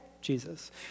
Jesus